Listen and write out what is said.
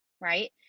right